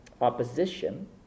opposition